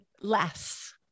less